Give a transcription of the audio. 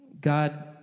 God